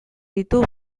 ditu